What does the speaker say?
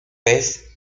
pez